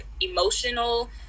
emotional